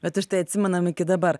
bet užtai atsimenam iki dabar